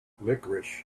licorice